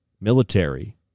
military